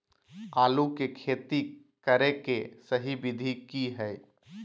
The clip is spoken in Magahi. आलू के खेती करें के सही विधि की हय?